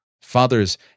Fathers